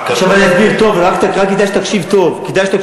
עכשיו אני אסביר טוב, ורק כדאי שתקשיב טוב.